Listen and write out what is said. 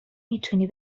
میتونی